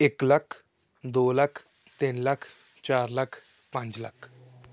ਇਕ ਲੱਖ ਦੋ ਲੱਖ ਤਿੰਨ ਲੱਖ ਚਾਰ ਲੱਖ ਪੰਜ ਲੱਖ